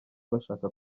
bashaka